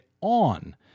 on